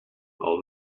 all